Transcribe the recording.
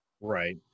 right